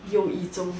有一种